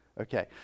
Okay